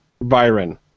Byron